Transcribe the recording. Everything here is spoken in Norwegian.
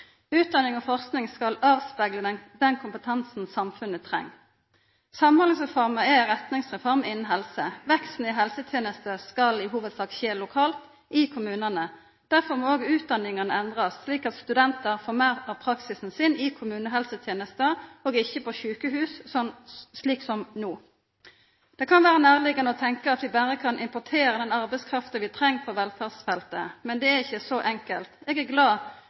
Utdanning og forsking skal spegla av den kompetansen samfunnet treng. Samhandlingsreforma er ei retningsreform innan helse. Veksten i helsetenestene skal i hovudsak skje lokalt i kommunane. Derfor må òg utdanningane endrast, slik at studentane får meir av praksisen sin i kommunehelsetenesta og ikkje på sjukehus, slik som no. Det kan vera nærliggjande å tenkja at vi berre kan importera den arbeidskrafta vi treng på velferdsfeltet. Men det er ikkje så enkelt. Eg er glad